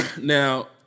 Now